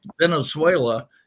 Venezuela